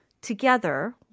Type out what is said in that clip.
together